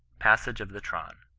passage of the teaitn.